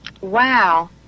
Wow